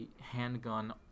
handgun